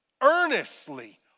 earnestly